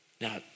Now